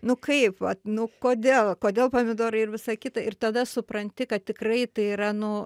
nu kaip vat nu kodėl kodėl pomidorai ir visa kita ir tada supranti kad tikrai tai yra nu